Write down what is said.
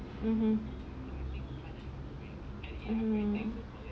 mmhmm